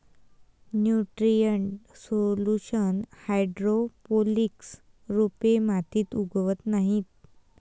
nutrient solution hydroponics रोपे मातीत उगवत नाहीत